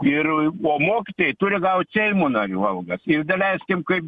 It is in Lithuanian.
ir o mokytojai turi gauti seimo narių algas ir leiskim kaip